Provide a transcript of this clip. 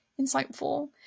insightful